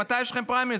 מתי יש לכם פריימריז,